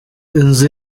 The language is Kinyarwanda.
inzu